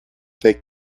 they